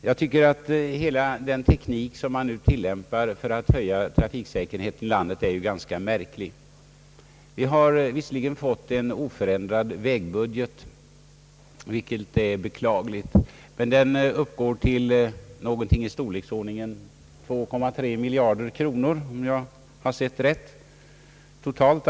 Jag tycker att hela den teknik som man nu tillämpar för att öka trafiksäkerheten i landet är ganska märklig. Vi har visserligen fått en oförändrad vägbudget, 'vilket är beklagligt, men den uppgår totalt till cirka 2,3 miljarder kronor, om jag har sett rätt.